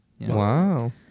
Wow